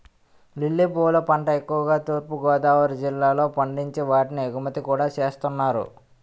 lily పువ్వుల పంట ఎక్కువుగా తూర్పు గోదావరి జిల్లాలో పండించి వాటిని ఎగుమతి కూడా చేస్తున్నారు